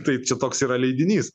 tai čia toks yra leidinys